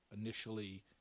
initially